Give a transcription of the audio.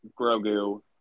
Grogu